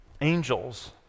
angels